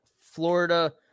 Florida